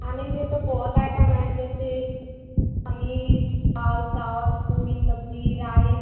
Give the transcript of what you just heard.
खाने में तो बहुत आइटम है जैसे पनीर दाल चावल पूड़ी सब्जी राइस